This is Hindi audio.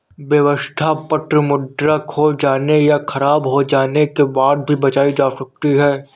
व्यवस्था पत्र मुद्रा खो जाने या ख़राब हो जाने के बाद भी बचाई जा सकती है